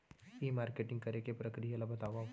ई marketing करे के प्रक्रिया ला बतावव?